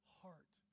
heart